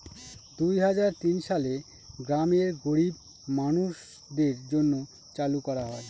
দুই হাজার তিন সালে গ্রামের গরীব মানুষদের জন্য চালু করা হয়